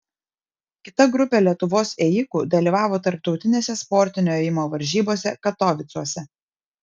kita grupė lietuvos ėjikų dalyvavo tarptautinėse sportinio ėjimo varžybose katovicuose